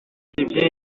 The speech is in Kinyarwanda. byinshi